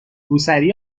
روسری